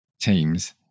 teams